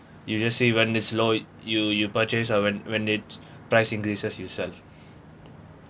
you just see when it's low you you purchase ah when when its price increases you sell